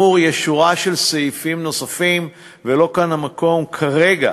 יש שורה של סעיפים נוספים, ולא כאן המקום כרגע